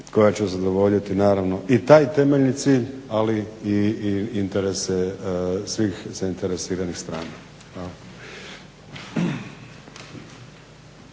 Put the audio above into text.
koja će zadovoljiti naravno i taj temeljni cilj ali i interese svih zainteresiranih strana.